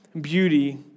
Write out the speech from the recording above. beauty